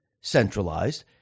centralized